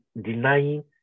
denying